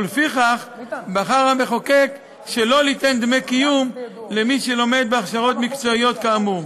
ולפיכך בחר המחוקק שלא ליתן דמי קיום למי שלומד בהכשרות מקצועיות כאמור,